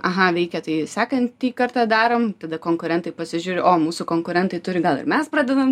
aha veikia tai sekantį kartą darom tada konkurentai pasižiūri o mūsų konkurentai turi gal ir mes pradedam